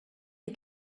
you